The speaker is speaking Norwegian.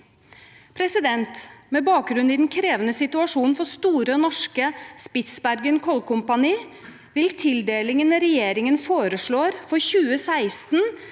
Med bakgrunn i den krevende situasjonen for Store Norske Spitsbergen Kulkompani vil tildelingen regjeringen foreslår for 2016,